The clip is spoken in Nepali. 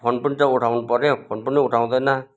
फोन पनि त उठाउनु पऱ्यो फोन पनि उठाँउदैन